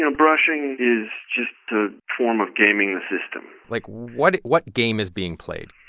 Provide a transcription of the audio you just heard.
and brushing is just a form of gaming the system like, what what game is being played?